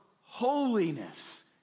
holiness